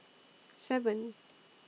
seven